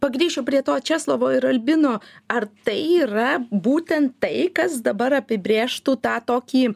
pagrįšiu prie to česlovo ir albino ar tai yra būtent tai kas dabar apibrėžtų tą tokį